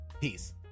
Peace